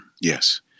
yes